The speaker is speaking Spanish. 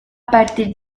partir